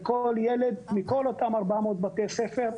לכל ילד מכל אותם 400 בתי ספר.